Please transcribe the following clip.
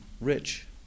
rich